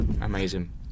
amazing